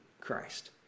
Christ